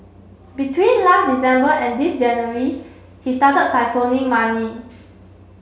between last December and this January he started siphoning money